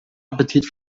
appetit